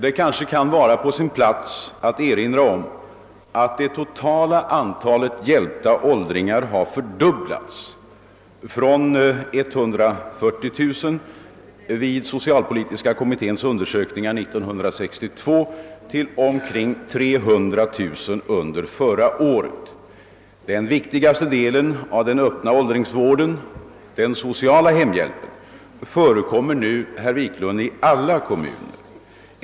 Det kanske kan vara på sin plats att erinra om att det totala antalet hjälpta åldringar har fördubblats från 140 000 vid socialpolitiska kommitténs undersökningar 1962 till omkring 300 000 under förra året. Den viktigaste delen av den öppna åldringsvården — den sociala hemhjälpen — förekommer nu, herr Wiklund, i alla kommuner.